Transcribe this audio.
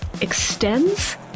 extends